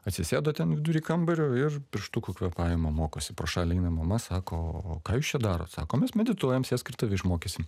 atsisėdo ten vidury kambario ir pirštukų kvėpavimo mokosi pro šalį eina mama sako o ką jūs čia darot sako mes medituojam sėsk ir tave išmokysim